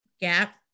gap